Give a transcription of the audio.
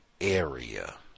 area